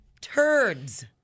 Turds